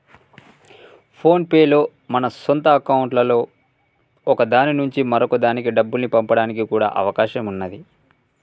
phone pay లో మన సొంత అకౌంట్లలో ఒక దాని నుంచి మరొక దానికి డబ్బుల్ని పంపడానికి కూడా అవకాశం ఉన్నాది